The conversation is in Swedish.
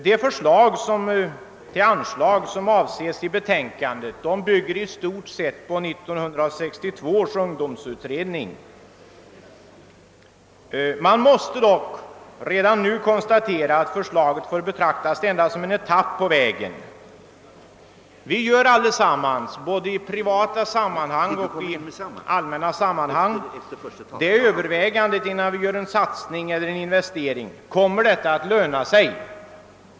De anslag som avses i betänkandet bygger i stort sett på 1962 års ungdomsutrednings förslag. Jag måste dock redan nu konstatera att förslaget får betraktas endast som en etapp på vägen. Vi gör alla, i både privata och allmänna sammanhang, innan vi företar en satsning eller en investering ett övervägande, om satsningen kommer att löna sig.